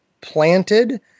planted